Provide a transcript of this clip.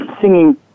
singing